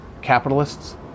capitalists